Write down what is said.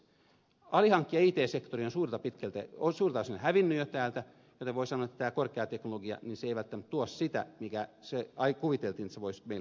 alihankkijat it sektorilta ovat suurelta osin jo hävinneet täältä joten voi sanoa että tämä korkea teknologia ei välttämättä tuo sitä mitä kuviteltiin sen voivan meille tuoda